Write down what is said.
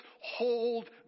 hold